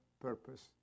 purpose